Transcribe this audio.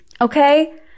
okay